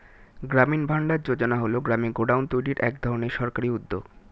গ্রামীণ ভান্ডার যোজনা হল গ্রামে গোডাউন তৈরির এক ধরনের সরকারি উদ্যোগ